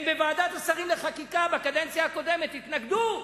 בוועדת השרים לחקיקה, בקדנציה הקודמת, הם התנגדו.